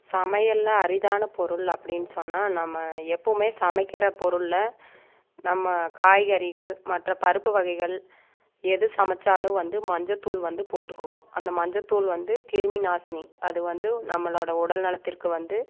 சமையலில் அரிதான பொருள் அப்படின்னு சொன்னால் நம்ம எப்பவும் சமைக்கிற பொருளில் நம்ம காய்கறிகள் மற்றும் பருப்பு வகைகள் எது சமைச்சாலும் வந்து மஞ்சத்தூள் வந்து போட்டுக்குவோம் அந்த மஞ்சத்தூள் வந்து கிருமிநாசினி அது வந்து நம்மளோடய உடல்நலத்திற்கு வந்து